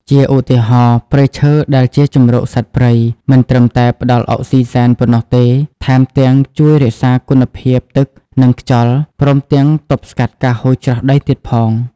ជាឧទាហរណ៍ ព្រៃឈើដែលជាជម្រកសត្វព្រៃ មិនត្រឹមតែផ្តល់អុកស៊ីហ្សែនប៉ុណ្ណោះទេ ថែមទាំងជួយរក្សាគុណភាពទឹក និងខ្យល់ ព្រមទាំងទប់ស្កាត់ការហូរច្រោះដីទៀតផង។